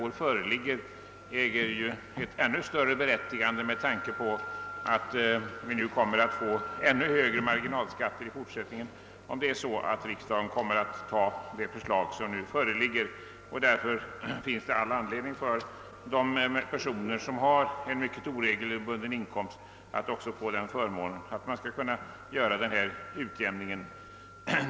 Dessa motioner har i år ännu större berättigande med tanke på att det i fortsättningen kommer att bli ännu högre marginalskatter, om riksdagen antar finansministerns nyligen framlagda proposition. Därför finns det all anledning att ge personer som har mycket oregelbundna inkomster förmånen att få göra denna utjämning.